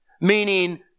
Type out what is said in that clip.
meaning